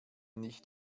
nicht